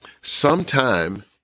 Sometime